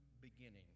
beginning